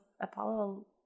Apollo